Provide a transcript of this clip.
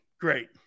Great